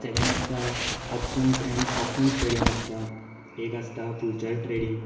second आसता option and option study आसता एक आसता फ्युचर ट्रेडींग